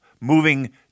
moving